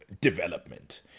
development